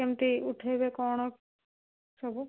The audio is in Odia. କେମିତି ଉଠେଇବେ କ'ଣ ସବୁ